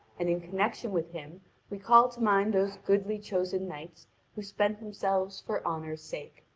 and in connection with him we call to mind those goodly chosen knights who spent themselves for honour's sake.